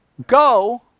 go